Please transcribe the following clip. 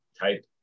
type